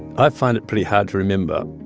i find it pretty hard to remember.